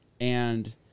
and-